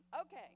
Okay